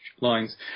lines